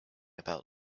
about